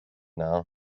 now